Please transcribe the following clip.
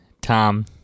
Tom